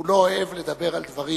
הוא לא אוהב לדבר על דברים,